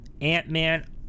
Ant-Man